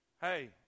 Hey